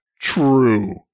true